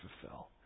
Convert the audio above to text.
fulfill